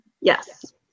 Yes